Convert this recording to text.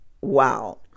wow